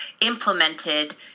implemented